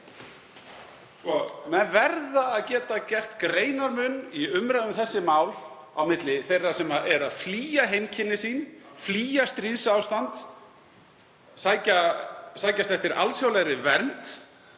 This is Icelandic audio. lagi? Menn verða að geta gert greinarmun í umræðu um þessi mál á milli þeirra sem eru að flýja heimkynni sín, flýja stríðsástand, sækjast eftir alþjóðlegri vernd,